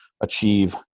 achieve